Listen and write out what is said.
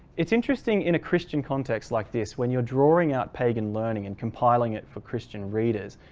it's interesting in a christian context like this when you're drawing out pagan learning and compiling it for christian readers,